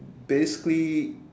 basically